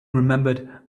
remembered